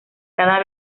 cada